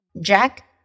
Jack